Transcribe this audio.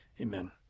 Amen